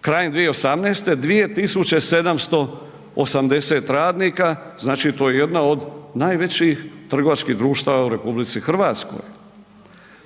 krajem 2018. 2.780 radnika znači to je jedna od najvećih trgovačkih društava u RH.